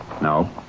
No